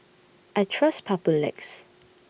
I Trust Papulex